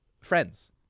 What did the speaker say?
friends